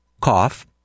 cough